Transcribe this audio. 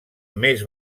més